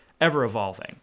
ever-evolving